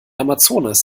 amazonas